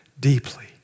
deeply